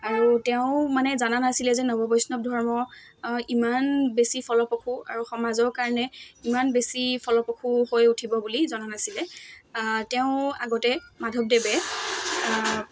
আৰু তেওঁ মানে জানা নাছিলে যে নৱ বৈষ্ণৱ ধৰ্ম ইমান বেছি ফলপ্ৰসূ আৰু সমাজৰ কাৰণে ইমান বেছি ফলপ্ৰসূ হৈ উঠিব বুলি জনা নাছিলে তেওঁ আগতে মাধৱদেৱে